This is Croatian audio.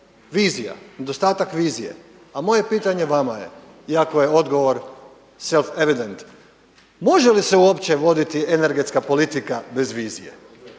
vizija, nedostatak vizije. A moje pitanje vama je iako je odgovor self evident. Može li se uopće voditi energetska politika bez vizije